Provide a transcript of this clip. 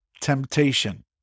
temptation